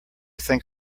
think